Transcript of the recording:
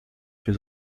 für